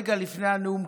רגע לפני הנאום,